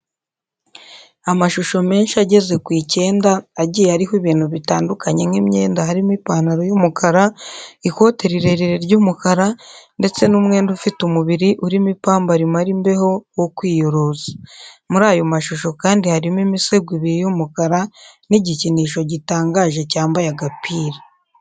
Amashusho menshi ageze ku icyenda, agiye ariho ibintu bitandukanye nk'imyenda harimo ipantaro y'umukara, ikote rirerire ry'umukara, ndetse n'umwenda ufite umubiri urimo ipamba rimara imbeho wo kwiyorosa. Muri ayo mashusho kandi harimo n'imisego ibiri y'umukara n'igikinisho gitangaje cyambaye agapira.